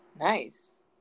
Nice